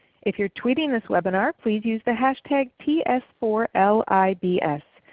if you are tweeting this webinar please use the hashtag t s four l i b s.